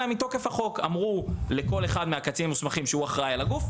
אלא מתוקף החוק אמרו לכל אחד מהקצינים המוסמכים שהוא אחראי על הגוף,